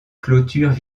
clôtures